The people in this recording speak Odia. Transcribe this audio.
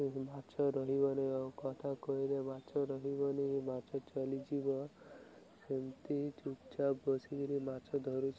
ମାଛ ରହିବନି ଆଉ କଥା କହିଲେ ମାଛ ରହିବନି ମାଛ ଚାଲିଯିବ ସେମିତି ଚୁପଚାପ ବସିକରି ମାଛ ଧରୁଛୁ